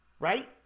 right